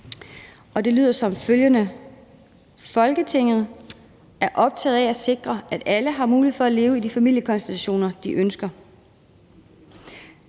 »Folketinget er optaget af at sikre, at alle har mulighed for at leve i de familiekonstellationer de ønsker.